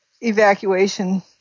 evacuation